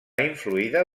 influïda